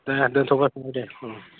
दे दोन्थ'बाय फंबाय देह अ